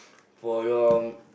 for your